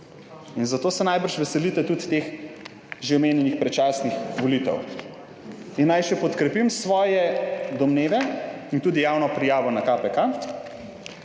in zato se najbrž veselite tudi teh že omenjenih predčasnih volitev. In naj še podkrepim svoje domneve in tudi javno prijavo na KPK.